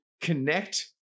connect